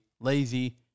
Lazy